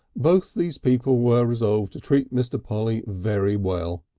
both these people were resolved to treat mr. polly very well,